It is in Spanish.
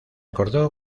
acordó